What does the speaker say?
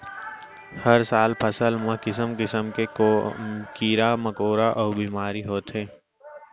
हर साल फसल म किसम किसम के कीरा मकोरा अउ बेमारी होथे